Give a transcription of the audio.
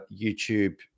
YouTube